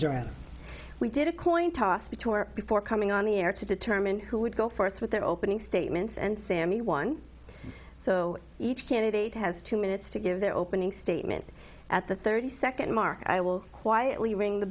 john we did a coin toss between before coming on the air to determine who would go first with their opening statements and sammy one so each candidate has two minutes to give their opening statement at the thirty second mark i will quietly ring the